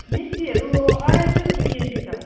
मिस्टीहरू अढाई सौ रुपियाँ केजी छ